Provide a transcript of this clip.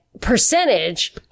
percentage